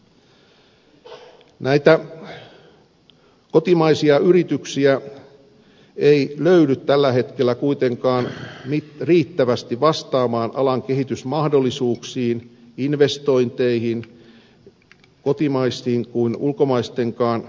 näitä kotimaisia yrityksiä ei löydy tällä hetkellä kuitenkaan riittävästi vastaamaan alan kehitysmahdollisuuksiin investointeihin niin kotimaisiin kuin ulkomaisiinkaan